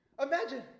Imagine